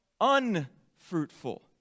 unfruitful